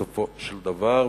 בסופו של דבר,